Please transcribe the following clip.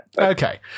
okay